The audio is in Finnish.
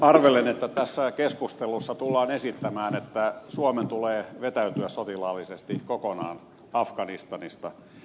arvelen että tässä keskustelussa tullaan esittämään että suomen tulee vetäytyä sotilaallisesti kokonaan afganistanista